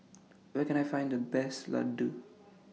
Where Can I Find The Best Laddu